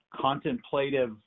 contemplative